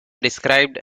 described